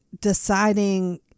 deciding